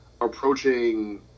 approaching